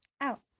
out